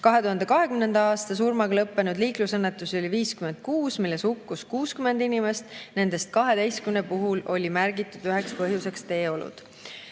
2020. aastal oli surmaga lõppenud liiklusõnnetusi 56, milles hukkus 60 inimest, nendest 12 puhul oli märgitud üheks põhjuseks teeolud.